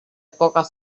pocas